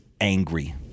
angry